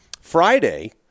Friday